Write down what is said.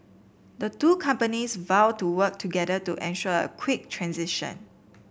the two companies vowed to work together to ensure a quick transition